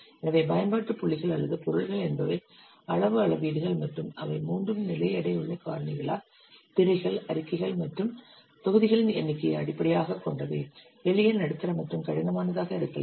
எனவே பயன்பாட்டு புள்ளிகள் அல்லது பொருள்கள் என்பவை அளவு அளவீடுகள் மற்றும் அவை மூன்று நிலை எடையுள்ள காரணிகளால் திரைகள் அறிக்கைகள் மற்றும் தொகுதிகளின் எண்ணிக்கையை அடிப்படையாகக் கொண்டவை எளிய நடுத்தர மற்றும் கடினமானதாக இருக்கலாம்